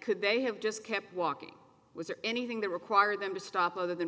could they have just kept walking was there anything that required them to stop other than